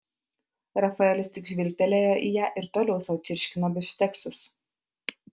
rafaelis tik žvilgtelėjo į ją ir toliau sau čirškino bifšteksus